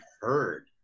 heard